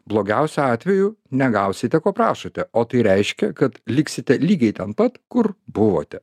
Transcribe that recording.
blogiausiu atveju negausite ko prašote o tai reiškia kad liksite lygiai ten pat kur buvote